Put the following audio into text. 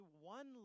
one